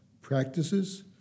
practices